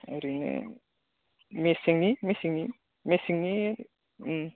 ओरैनो मेसेंनि मेसेंनि मेसेंनि